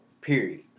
Period